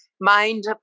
mind